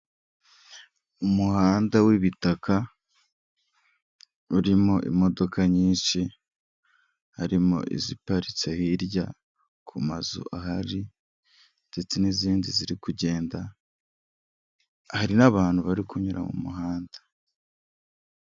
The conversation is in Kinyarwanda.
Umuhanda w'ibitaka urimo imodoka nyinshi, harimo iziparitse hirya ku mazu ahari ndetse n'izindi ziri kugenda, hari n'abantu bari kunyura mu muhanda.